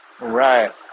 right